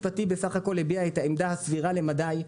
הביע עמדה סבירה למדי.